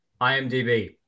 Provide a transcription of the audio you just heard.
IMDb